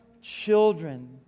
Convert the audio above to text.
children